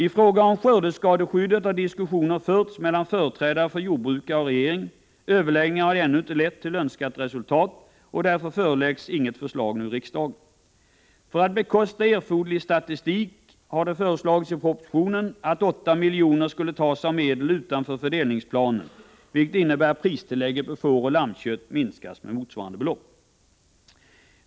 I fråga om skördeskadeskyddet har diskussioner förts mellan företrädare för jordbrukare och regering. Överläggningarna har ännu inte lett till önskat resultat, och därför föreläggs nu inget förslag för riksdagen. För att bekosta erforderlig statistik har det föreslagits i propositionen att 8 miljoner skulle tas av medel utanför fördelningsplanen, vilket innebär att pristillägget på fåroch lammkött minskas med motsvarande belopp.